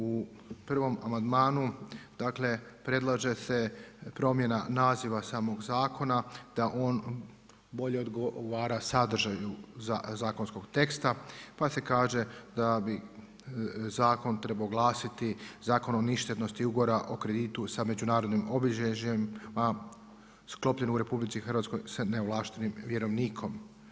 U prvom amandmanu, dakle predlaže se promjena naziva samog zakona, da on bolje odgovara sadržaju zakonskog teksta, pa se kaže da bi zakon trebao glasiti Zakon o ništetnosti ugovora o kreditu sa Međunarodnim obilježjima sklopljen u RH sa neovlaštenim vjerovnikom.